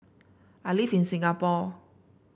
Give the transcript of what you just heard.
I live in Singapore